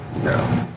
No